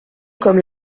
comme